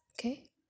okay